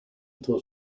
until